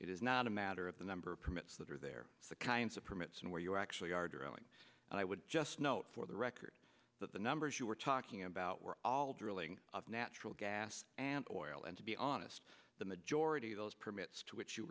is not a matter of the number of permits that are there the kinds of permits and where you actually are drilling and i would just note for the record that the numbers you were talking about were all drilling of natural gas and oil and to be honest the majority of those permits to which you